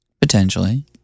Potentially